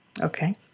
Okay